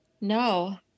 no